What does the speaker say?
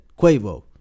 Quavo